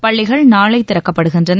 பள்ளிகள் நாளை திறக்கப்படுகின்றன